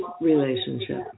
relationship